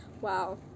wow